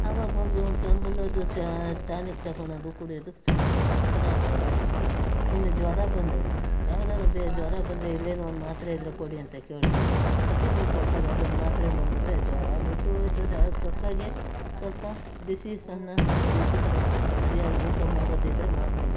ಅವಾಗೋಗಿ ಒಂದು ಕೆಮ್ಮಲಿದ್ದು ಚ ಟಾನಿಕ್ ತಗೊಳ್ಳೋದು ಕುಡಿಯೋದು ಸಾಕು ಆಯಿತು ಇನ್ನು ಜ್ವರ ಬಂದರೆ ಯಾವ್ದಾದ್ರು ಬೇರೆ ಜ್ವರ ಬಂದರೆ ಇಲ್ಲೇನು ಒಂದು ಮಾತ್ರೆ ಇದ್ದರೆ ಕೊಡಿ ಅಂತ ಕೇಳ್ತೀವಿ ಇದ್ದರೆ ಕೊಡ್ತಾರೆ ಅದೊಂದು ಮಾತ್ರೆ ನುಂಗಿದರೆ ಜ್ವರ ಬಿಟ್ಟೋಯ್ತದೆ ಅದು ತಕ್ಕ ಹಾಗೆ ಸ್ವಲ್ಪ ಬಿಸಿ ಅನ್ನ ಸಾರು ಇದು ಕೊಟ್ಟರೆ ಸರಿಯಾಗಿ ಊಟ ಮಾಡೋದಿದ್ದರೆ ಮಾಡ್ತೀನಿ